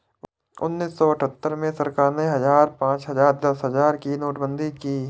उन्नीस सौ अठहत्तर में सरकार ने हजार, पांच हजार, दस हजार की नोटबंदी की